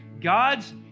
God's